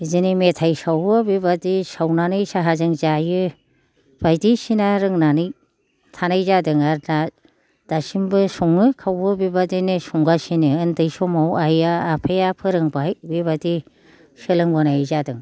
बिदिनो मेथाय सावो बेबादि सावनानै साहाजों जायो बायदिसिना रोंनानै थानाय जादों आरो दा दासिमबो सङो खावो बेबादिनो संगासिनो उन्दै समाव आइआ आफाया फोरोंबाय बेबादि सोलोंबोनाय जादों